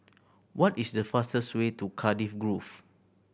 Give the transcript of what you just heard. what is the fastest way to Cardiff Grove